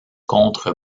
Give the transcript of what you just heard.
contre